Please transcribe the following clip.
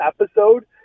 episode